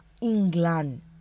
England